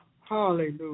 Hallelujah